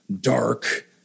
Dark